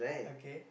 okay